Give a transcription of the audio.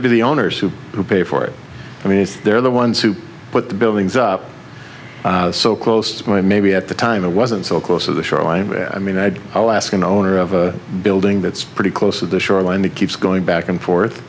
it be the owners who who pay for it i mean they're the ones who put the buildings up so close to my maybe at the time it wasn't so close to the shoreline i mean i'd i'll ask an owner of a building that's pretty close to the shoreline the keeps going back and forth